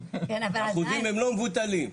אחוזים הם לא מבוטלים.